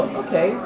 okay